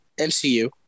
MCU